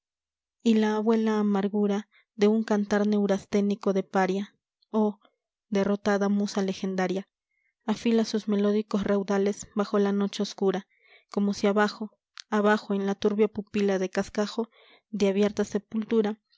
reboso y la abuela amargura de un cantar neurasténico de paria oh derrotada musa legendaria afila sus melódicos raudales bajo la noche oscura como si abajo abajo en la turbia pupila de cascajo de abierta sepultura